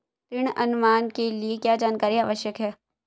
ऋण अनुमान के लिए क्या जानकारी आवश्यक है?